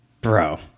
bro